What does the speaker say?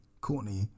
courtney